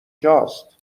جاست